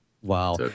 wow